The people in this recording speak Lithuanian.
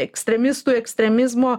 ekstremistų ekstremizmo